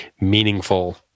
meaningful